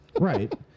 right